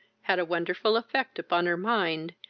had a wonderful effect upon her mind,